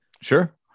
sure